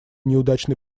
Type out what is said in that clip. неудачной